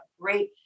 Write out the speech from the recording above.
great